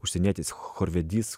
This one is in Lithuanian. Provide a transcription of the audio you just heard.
užsienietis chorvedys